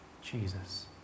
Jesus